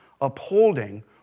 upholding